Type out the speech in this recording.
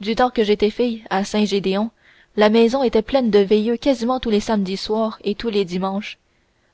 du temps que j'étais fille à saint gédéon la maison était pleine de veineux quasiment tous les samedis soirs et tous les dimanches